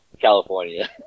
California